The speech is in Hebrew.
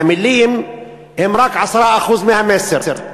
שהמילים הן רק 10% מהמסר.